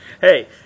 Hey